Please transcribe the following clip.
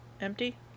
Empty